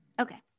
Okay